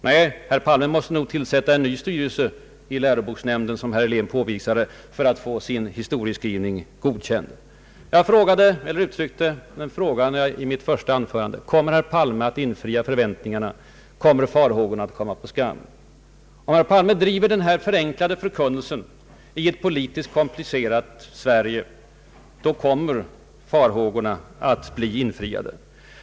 Nej, herr Palme måste nog tillsätta en ny styrelse i läroboksnämnden, som herr Helén påvisade, för att få sin historieskrivning godkänd. I mitt första anförande frågade jag: Kommer herr Palme att infria förväntningarna? Skall farhågorna komma på skam? Om herr Palme fortsätter att driva sin förenklade förkunnelse i ett politiskt komplicerat Sverige, kommer farhågorna att bli infriade.